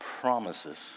promises